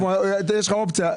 יש לך אופציה,